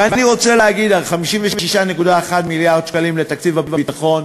ואני רוצה להגיד: 56.1 מיליארד שקלים לתקציב הביטחון,